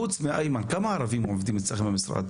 חוץ מאיימן כמה ערבים עובדים אצלכם במשרד?